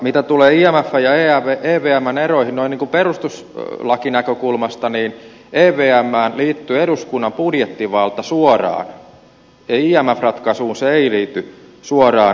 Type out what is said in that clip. mitä tulee imfn ja evmn eroihin noin ikään kuin perustuslakinäkökulmasta niin evmään liittyy eduskunnan budjettivalta suoraan ja imf ratkaisuun se ei liity suoraan